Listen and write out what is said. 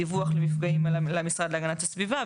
דיווח על מפגעים למשרד להגנת הסביבה,